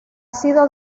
sido